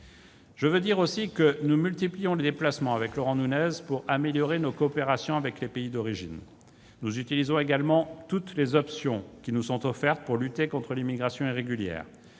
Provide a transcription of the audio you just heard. Je veux dire aussi que Laurent Nunez et moi-même multiplions les déplacements pour améliorer nos coopérations avec les pays d'origine. Nous utilisons également toutes les options qui nous sont offertes pour lutter contre l'immigration irrégulière,